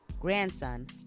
grandson